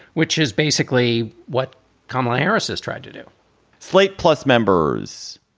which is basically what kamala harris has tried to do slate plus members.